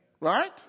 Right